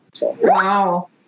Wow